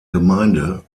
gemeinde